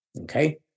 Okay